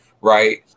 Right